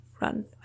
run